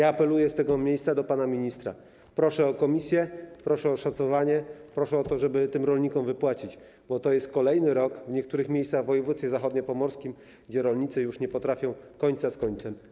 Apeluję z tego miejsca do pana ministra: proszę o komisję, proszę o oszacowanie, proszę o to, żeby tym rolnikom wypłacić środki, bo to jest kolejny rok w niektórych miejscach w województwie zachodniopomorskim, w którym rolnicy już nie potrafią związać końca z końcem.